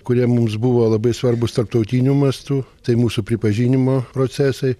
kurie mums buvo labai svarbūs tarptautiniu mastu tai mūsų pripažinimo procesai